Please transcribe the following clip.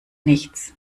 nichts